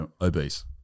obese